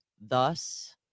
Thus